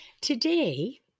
Today